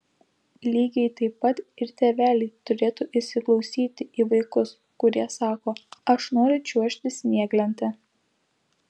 lygiai taip pat ir tėveliai turėtų įsiklausyti į vaikus kurie sako aš noriu čiuožti snieglente